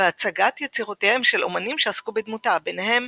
והצגת יצירותיהם של אמנים שעסקו בדמותה, ביניהם